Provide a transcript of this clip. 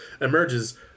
emerges